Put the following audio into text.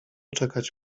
czekać